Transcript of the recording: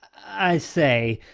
i say